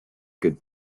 good